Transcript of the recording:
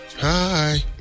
Hi